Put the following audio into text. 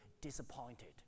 disappointed